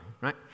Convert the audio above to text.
right